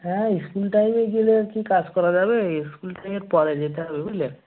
হ্যাঁ স্কুল টাইমে গেলে আর কি কাজ করা যাবে স্কুল টাইমের পরে যেতে হবে বুঝলে